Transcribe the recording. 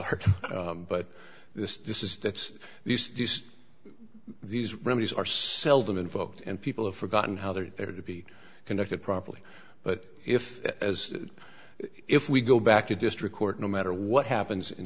art but this this is that these these remedies are seldom invoked and people have forgotten how they're there to be conducted properly but if as if we go back to district court no matter what happens in